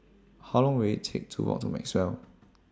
How Long Will IT Take to Walk to Maxwell